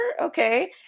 Okay